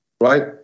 right